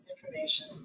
information